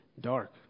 dark